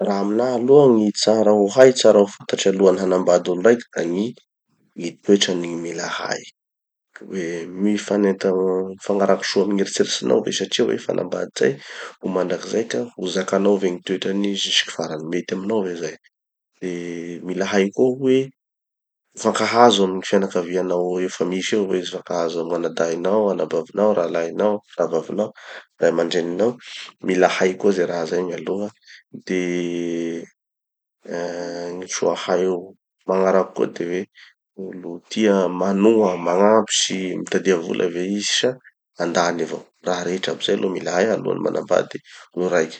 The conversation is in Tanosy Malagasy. Raha aminaha aloha gny tsara ho hay, tsara ho fantatry alohan'ny hanambady olo raiky da gny gny toetrany mila hay. Ka hoe mifanenta mifagnaraky soa amy gn'eritseritsinao ve satria hoe hifanambady zay, ho mandrakizay ka ho zakanao ve gny toetrany jusque farany. Mety aminao ve zay. De mila hay koa hoe, mifankahazo amy gny fianakavianao efa misy eo ve izy. Mifankazo amy gn'anadahinao, anabavinao, rahalahinao, rahavavinao, ray aman-dreninao. Mila hay koa ze raha zay mialoha. De ein gny soa hay magnaraky koa de hoe, olo tia manoha magnampy sy mitadia vola ve izy sa handany avao. Raha rehetra aby zay aloha mila hay alohan'ny manambady olo raiky.